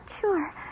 sure